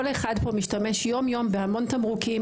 כל אחד פה משתמש יום-יום בהמון תמרוקים,